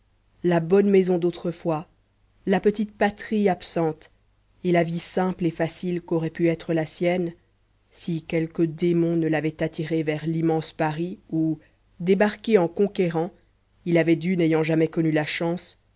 la bonne maison d'autrefois la petite patrie absente et la vie simple et facile qu'aurait pu être la sienne si quelque démon ne l'avait attiré vers l'immense paris où débarqué en conquérant il avait dû n'ayant jamais connu la chance